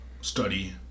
study